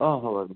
অঁ হ'ব